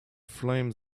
flame